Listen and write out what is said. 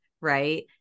right